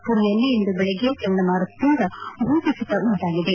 ಪುರಿಯಲ್ಲಿ ಇಂದು ಬೆಳಗ್ಗೆ ಚಂಡಮಾರುತದಿಂದ ಭೂ ಕುಸಿತ ಉಂಟಾಗಿದೆ